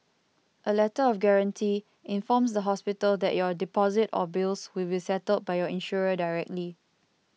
a Letter of Guarantee informs the hospital that your deposit or bills will be settled by your insurer directly